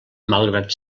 malgrat